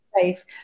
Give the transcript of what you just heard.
safe